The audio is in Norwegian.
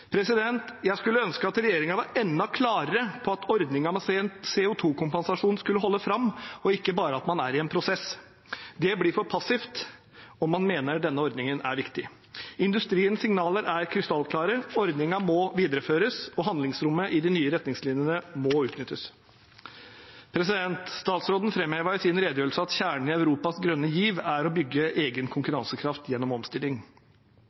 Jeg skulle ønske regjeringen var enda klarere på at ordningen med CO 2 -kompensasjon skal holde fram, og ikke bare at man er i en prosess. Det blir for passivt om man mener denne ordningen er viktig. Industriens signaler er krystallklare: Ordningen må videreføres, og handlingsrommet i de nye retningslinjene må utnyttes. Statsråden framhevet i sin redegjørelse at kjernen i Europas grønne giv er å bygge egen konkurransekraft gjennom omstilling. Ja, det er vanskelig å være uenig i at man trenger omstilling